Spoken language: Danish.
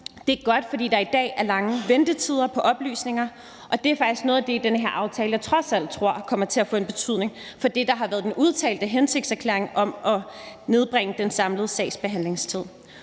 er godt, fordi der i dag er lange ventetider på oplysninger. Og det er faktisk noget af det i den her aftale, jeg trods alt tror kommer til at få en betydning, for det har været den udtalte og erklærede hensigt at nedbringe den samlede sagsbehandlingstid.